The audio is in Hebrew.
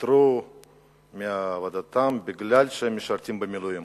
פוטרו מעבודתם כי הם משרתים במילואים,